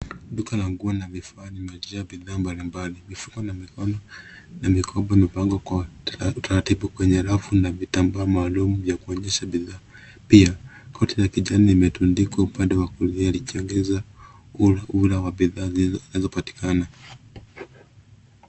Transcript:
Duka la nguo na vifaa vimejaa bidhaa mbalimbali vifuko na Mikobo imepangwa taratibu kwenye rafu na vitambaa maalum ya kuonyesha bidhaa pia koti la kijani imetandikwa upande wa kulia ikchangisha ura wa bidhaa zilizopatikana.